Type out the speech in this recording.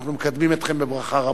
אנחנו מקדמים אתכם בברכה רבה.